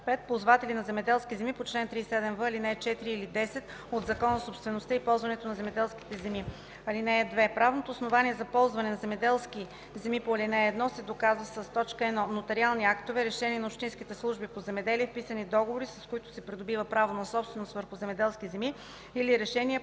5. ползватели на земеделски земи по чл. 37в, ал. 4 или 10 от Закона за собствеността и ползуването на земеделските земи. (2) Правното основание за ползване на земеделски земи по ал. 1 се доказва със: 1. нотариални актове, решения на общинските служби по земеделие, вписани договори, с които се придобива право на собственост върху земеделски земи, или решения